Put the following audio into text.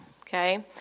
Okay